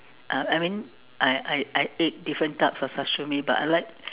uh I mean I I I eat different types of sashimi but I like